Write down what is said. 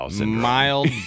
Mild